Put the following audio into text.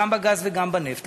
גם בגז וגם בנפט,